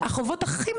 תודה רבה.